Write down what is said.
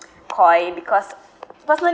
Koi because personally